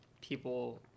people